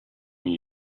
when